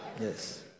Yes